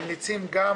הממליצים הם גם